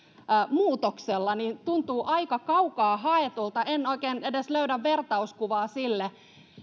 muutoksella tuntuu aika kaukaa haetulta en oikein edes löydä vertauskuvaa